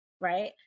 right